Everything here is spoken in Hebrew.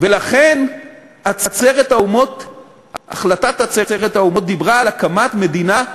ולכן החלטת עצרת האומות דיברה על הקמת מדינה,